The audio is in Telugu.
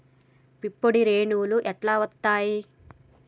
పుప్పొడి రేణువులు ఎట్లా వత్తయ్?